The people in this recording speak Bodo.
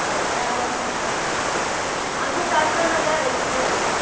थांखायाबा जोङो आंथ' गाखोआनो गारिखौनो